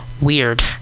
weird